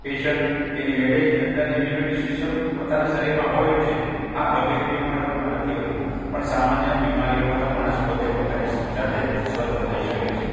patient એની મેળે અંદરની ઇમ્યુનિટી સિસ્ટમ પોતાના શરીરમાં હોય જ છે હા ગંભીર બિમારીઓમાં નથી હોતી પણ સામાન્ય બિમારીઓમાં તો માણસ પોતે પોતાની જાતે જ સ્વસ્થ થઈ શકે છે